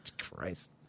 Christ